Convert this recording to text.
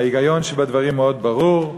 ההיגיון שבדברים מאוד ברור: